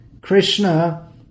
Krishna